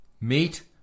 Meet